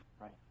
Right